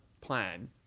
plan